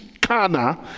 Kana